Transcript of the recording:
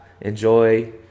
enjoy